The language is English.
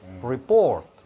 report